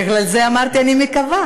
בגלל זה אמרתי שאני מקווה.